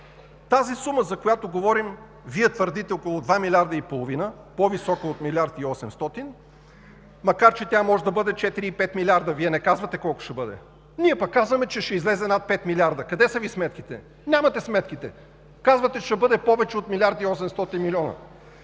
тази сума, за която говорим, Вие твърдите – около 2,5 млрд., по-висока от милиард и 800, макар че тя може да бъде 4 – 5 милиарда, не казвате колко ще бъде; ние пък казваме, че ще излезе над 5 милиарда. Къде са Ви сметките? Нямате сметките! Казвате, че ще бъде повече от милиард